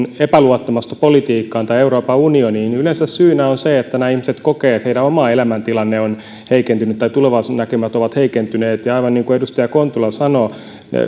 epäluottamusta politiikkaan tai euroopan unioniin yleensä syynä on se että nämä ihmiset kokevat että heidän oma elämäntilanteensa on heikentynyt tai tulevaisuuden näkymät ovat heikentyneet ja aivan niin kuin edustaja kontula sanoo